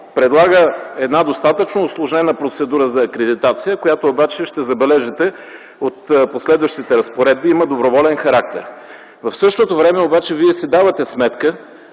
предлага достатъчно усложнена процедура за акредитация, която, ще забележите от последващите разпоредби, има доброволен характер. В същото време си давате сметка,